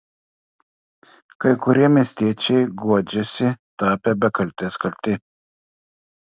kai kurie miestiečiai guodžiasi tapę be kaltės kalti